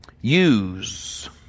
use